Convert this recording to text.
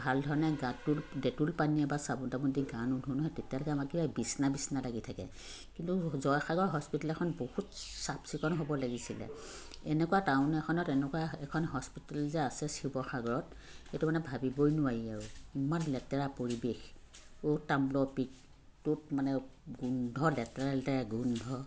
ভাল ধৰণে গাটো ডেটল পানীয়ে বা চাবোন তাবোনদি গা নুধুওঁ নহয় তেতিয়ালৈকে আমাক কিবা বিচনা বিচনা লাগি থাকে কিন্তু জয়সাগৰ হস্পিটেল এখন বহুত চাফচিকুণ হ'ব লাগিছিলে এনেকুৱা টাউন এখনত এনেকুৱা এখন হস্পিটেল যে আছে শিৱসাগৰত সেইটো মানে ভাবিবই নোৱাৰি আৰু ইমান লেতেৰা পৰিৱেশ অ'ত তামোলৰ পিক ত'ত মানে গোন্ধ লেতেৰা লেতেৰা গোন্ধ